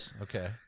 Okay